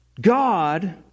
God